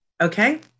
okay